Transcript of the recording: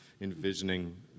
envisioning